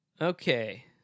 Okay